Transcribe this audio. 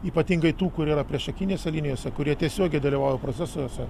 ypatingai tų kur yra priešakinėse linijose kurie tiesiogiai dalyvauja procesuose